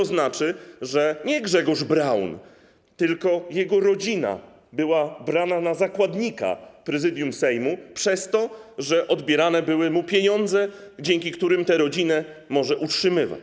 To znaczy, że nie Grzegorz Braun, tylko jego rodzina była brana na zakładnika Prezydium Sejmu przez to, że odbierane były mu pieniądze, dzięki którym tę rodzinę może utrzymywać.